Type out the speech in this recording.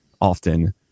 often